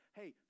hey